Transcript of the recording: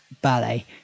ballet